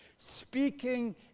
Speaking